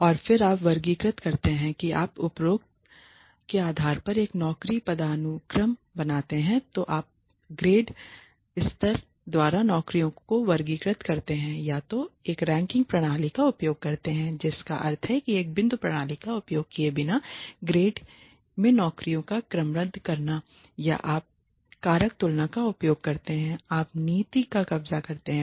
और फिर आप वर्गीकृत करते हैं कि आप उपरोक्त के आधार पर एक नौकरी पदानुक्रम बनाते हैं तो आप ग्रेड स्तर द्वारा नौकरियों को वर्गीकृत करते हैं या तो एक रैंकिंग प्रणाली का उपयोग करते हैं जिसका अर्थ है कि एक बिंदु प्रणाली का उपयोग किए बिना ग्रेड में नौकरियों को क्रमबद्ध करनाया आप कारक तुलना का उपयोग करते हैं आप नीति पर कब्जा करते हैं